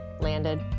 landed